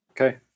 Okay